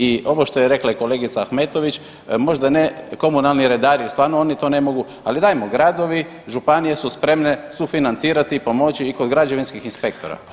I ovo što je rekla i kolegica Ahmetović, možda ne komunalni redari jer stvarno oni to ne mogu, ali dajmo gradovi, županije su spremne sufinancirati, pomoći i kod građevinskih inspektora [[Upadica: Hvala.]] spustimo to.